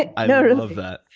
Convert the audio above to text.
i love that.